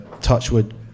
Touchwood